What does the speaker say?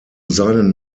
seinen